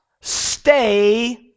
stay